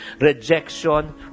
rejection